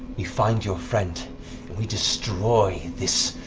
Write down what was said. we find your friend and we destroy this,